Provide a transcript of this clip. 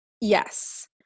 Yes